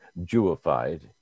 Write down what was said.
Jewified